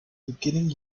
beginning